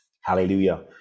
Hallelujah